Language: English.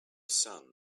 sun